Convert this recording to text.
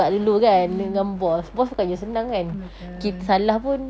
mmhmm betul